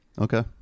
Okay